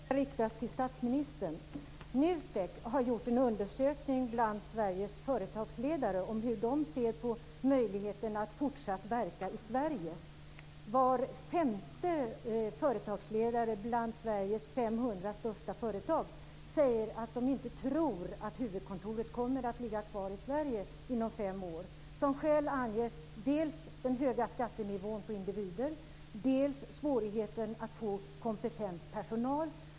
Herr talman! Min fråga riktas till statsministern. NUTEK har gjort en undersökning bland Sveriges företagsledare om hur de ser på möjligheten att fortsatt verka i Sverige. Var femte företagsledare bland Sveriges 500 största företag tror inte att huvudkontoret kommer att ligga kvar i Sverige om fem år. Som skäl anges dels den höga skattenivån på individer, dels svårigheten att få kompetent personal.